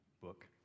book